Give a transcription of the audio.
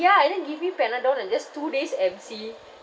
ya and then give me panadol and just two days M_C